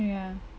ya